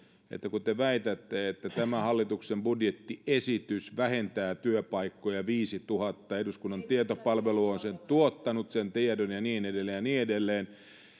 kun te väitätte että hallituksen budjettiesitys vähentää työpaikkoja viisituhatta ja eduskunnan tietopalvelu on tuottanut sen tiedon ja niin edelleen ja niin edelleen niin me olemme aika monisen